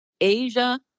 Asia